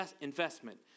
investment